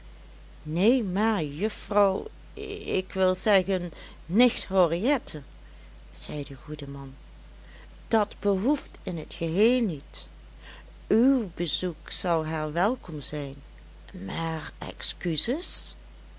neen maar juffrouw ik wil zeggen nicht henriette zei de goede man dat behoeft in't geheel niet uw bezoek zal haar welkom zijn maar excuses